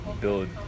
Build